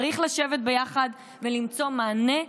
צריך לשבת ביחד ולמצוא מענה,